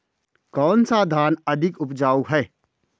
कौन सा धान अधिक उपजाऊ है?